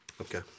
Okay